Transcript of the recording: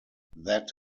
that